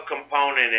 component